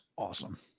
awesome